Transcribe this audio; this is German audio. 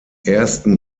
ersten